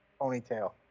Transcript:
ponytail